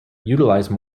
utilize